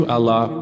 Allah